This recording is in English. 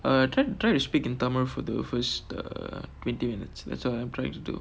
err try to try to speak in tamil for the first twenty minutes that's what I'm trying to do